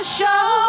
show